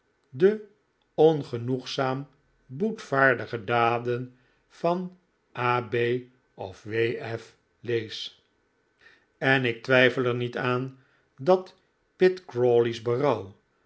de ongenoegzaam boetvaardige daden van a b of w f lees en ik twijfel er niet aan dat